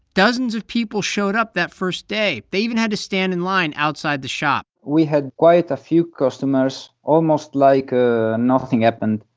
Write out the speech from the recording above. dozens of people showed up that first day. they even had to stand in line outside the shop we had quite a few customers, almost like ah nothing happened. and